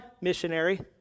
Missionary